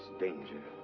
danger?